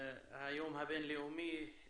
יום המאבק הבינלאומי